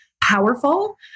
powerful